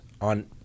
on